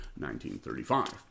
1935